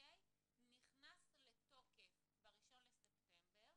נכנס לתוקף ב-1 לספטמבר,